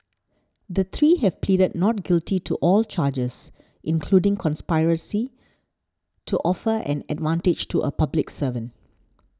the three have pleaded not guilty to all charges including conspiracy to offer an advantage to a public servant